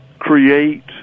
create